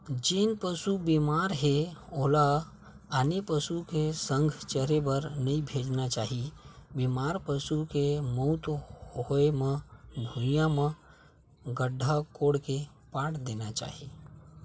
जेन पसु बेमार हे ओला आने पसु के संघ चरे बर नइ भेजना चाही, बेमार पसु के मउत होय म भुइँया म गड्ढ़ा कोड़ के पाट देना चाही